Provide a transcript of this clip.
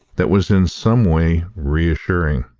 that was in some way reassuring.